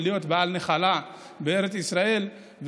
להיות בעל נחלה בארץ ישראל,